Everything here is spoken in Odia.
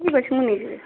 ଠିକ୍ ଅଛି ମୁଁ ନେଇ ଯିବି